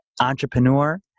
entrepreneur